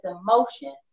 emotion